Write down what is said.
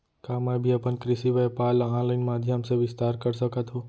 का मैं भी अपन कृषि व्यापार ल ऑनलाइन माधयम से विस्तार कर सकत हो?